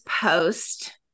post